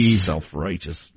Self-righteous